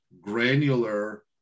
granular